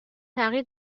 تغییر